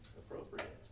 appropriate